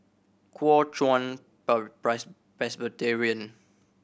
Kuo Chuan Presbyterian